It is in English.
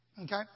Okay